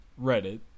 Reddit